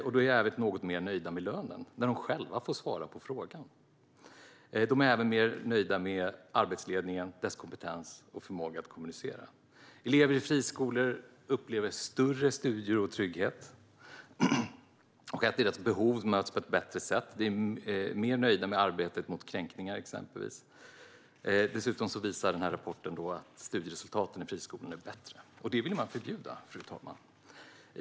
De är i allmänhet något mer nöjda med lönen, när de själva får svara på frågan. De är även mer nöjda med arbetsledningen och dess kompetens och förmåga att kommunicera. Elever i friskolor upplever större studiero och trygghet och att deras behov möts på ett bättre sätt. De är mer nöjda med arbetet mot kränkningar. Dessutom visar rapporten att studieresultaten i friskolorna är bättre. Och det vill man förbjuda, fru talman.